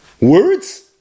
Words